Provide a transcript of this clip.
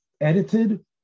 edited